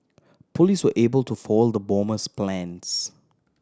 police were able to foil the bomber's plans